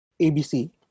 ABC